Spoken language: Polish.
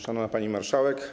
Szanowna Pani Marszałek!